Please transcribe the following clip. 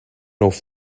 off